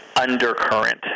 undercurrent